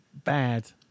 bad